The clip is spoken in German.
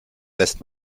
lässt